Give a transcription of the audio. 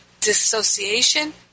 dissociation